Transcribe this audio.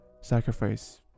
sacrifice